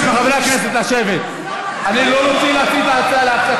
להוציא אותה.